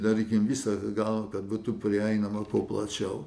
darykim visa gal kad būtų prieinama po plačiau